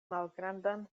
malgrandan